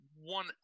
one